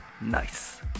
Nice